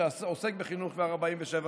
שעוסק בחינוך כבר 47 שנים.